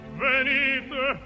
venite